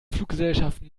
fluggesellschaften